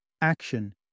action